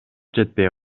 жетпей